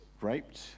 raped